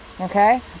okay